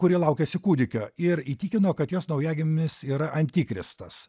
kuri laukiasi kūdikio ir įtikino kad jos naujagimis yra antikristas